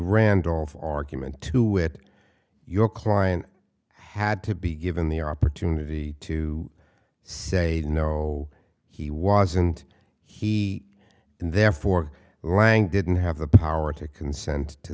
randolph argument to wit your client had to be given the opportunity to say no he wasn't he and therefore lange didn't have the power to consent to